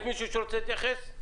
יש מישהו שרוצה להתייחס?